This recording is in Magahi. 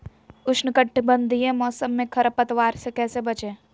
उष्णकटिबंधीय मौसम में खरपतवार से कैसे बचिये?